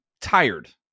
tired